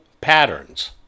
patterns